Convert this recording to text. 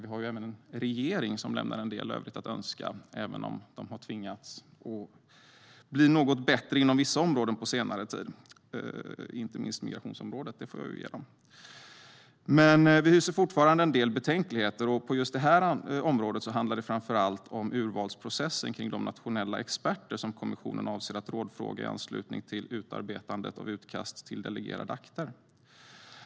Vi har en regering som lämnar en del övrigt att önska - även om de har tvingats att bli något bättre på vissa områden på senare tid, inte minst på migrationsområdet, får jag medge. Vi hyser fortfarande en del betänkligheter. På just detta område handlar det framför allt om urvalsprocessen för de nationella experter som kommissionen avser att rådfråga i anslutning till utarbetandet av utkast till delegerade akter.